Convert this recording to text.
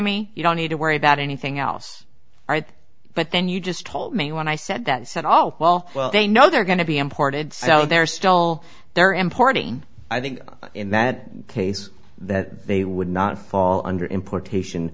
me you don't need to worry about anything else but then you just told me when i said that said all well well they know they're going to be imported so they're still they're importing i think in that case that they would not fall under importation